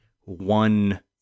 one